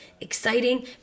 Exciting